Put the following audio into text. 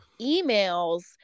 emails